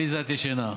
עליזה, את ישנה.